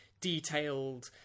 detailed